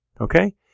Okay